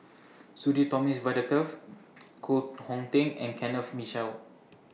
Sudhir Thomas Vadaketh Koh Hong Teng and Kenneth Mitchell